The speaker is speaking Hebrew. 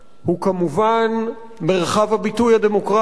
הוא כמובן מרחב הביטוי הדמוקרטי,